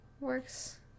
works